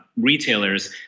retailers